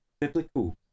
biblical